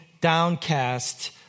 downcast